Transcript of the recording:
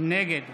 נגד